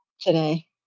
today